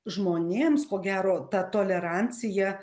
žmonėms ko gero ta tolerancija